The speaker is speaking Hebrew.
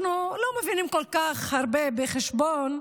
אנחנו לא מבינים כל כך הרבה בחשבון,